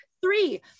three